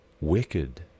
wicked